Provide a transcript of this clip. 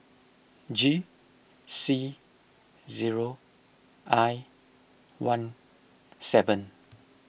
G C zero I one seven